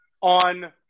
On